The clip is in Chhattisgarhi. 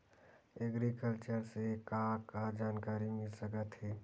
एग्रीकल्चर से का का जानकारी मिल सकत हे?